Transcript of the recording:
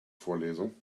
vorlesung